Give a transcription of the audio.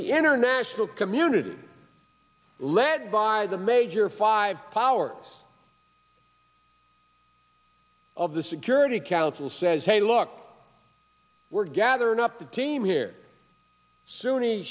the international community led by the major five powers of the security council says hey look we're gathered up the team here sunni